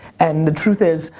and the truth is,